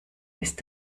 ist